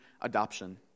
adoption